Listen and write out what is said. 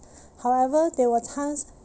however there were times